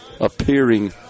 appearing